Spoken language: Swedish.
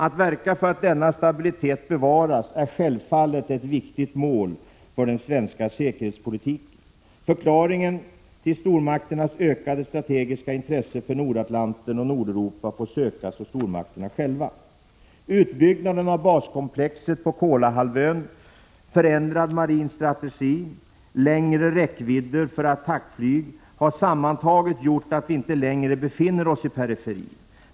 Att verka för att denna stabilitet bevaras är självfallet ett viktigt mål för den svenska säkerhetspolitiken. Förklaringen till stormakternas ökade strategiska intresse för Nordatlanten och Nordeuropa får sökas hos stormakterna själva. Utbyggnaden av baskomplexet på Kolahalvön, förändrad marin strategi och längre räckvidder för attackflyg har sammantaget gjort att vi inte längre befinner oss i periferin.